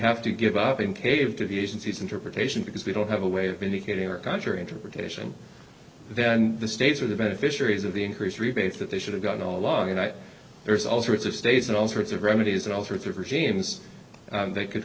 have to give up in cave to the agencies interpretation because we don't have a way of indicating or conjure interpretation then the states are the beneficiaries of the increase rebates that they should have gotten all along and there's all sorts of states and all sorts of remedies and all sorts of regimes that could